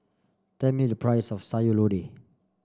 tell me the price of Sayur Lodeh